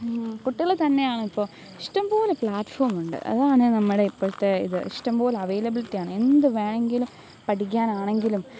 കുട്ടികള് തന്നെയാണ് ഇപ്പോള് ഇഷ്ടംപോലെ പ്ലാറ്റ്ഫോം ഉണ്ട് അതാണ് നമ്മുടെ ഇപ്പോഴത്തെ ഇത് ഇഷ്ടംപോലെ അവൈലബിലിറ്റി ആണ് എന്ത് വേണമെങ്കിലും പഠിക്കാനാണെങ്കിലും